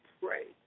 pray